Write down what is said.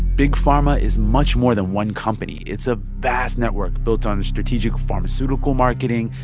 big pharma is much more than one company. it's a vast network built on strategic pharmaceutical marketing,